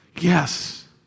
Yes